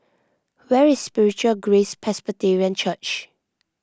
where is Spiritual Grace Presbyterian Church